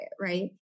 Right